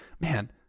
Man